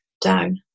down